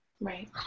Right